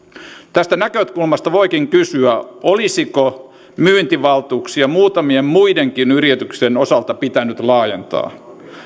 tästä näkökulmasta voikin kysyä olisiko myyntivaltuuksia muutamien muidenkin yritysten osalta pitänyt laajentaa